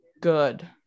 good